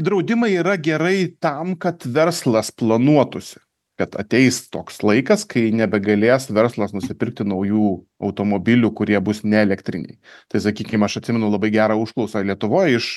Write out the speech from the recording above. draudimai yra gerai tam kad verslas planuotųsi kad ateis toks laikas kai nebegalės verslas nusipirkti naujų automobilių kurie bus neelektriniai tai sakykim aš atsimenu labai gerą užklausą lietuvoj iš